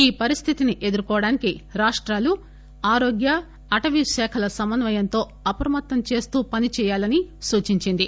ఈ పరిస్టితిని ఎదుర్కొనేందుకు రాష్టాలు ఆరోగ్య అటవీ శాఖల సమన్నయంతో అప్రమత్తం చేస్తూ పనిచేయాలని సూచించింది